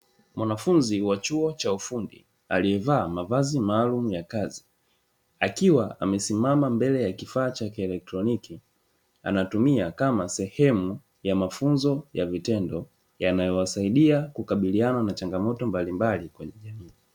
Mwafunzi wa chuo cha ufundi aliyevaa mavazi maalumu ya kazi, akiwa amesimama mbele ya kifaa cha kielektroniki, anatumia kama sehemu ya mafunzo ya vitendo ,yanayowasaidia kukabiliana na changamoto mbalimbali kwenye jamii.